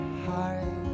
heart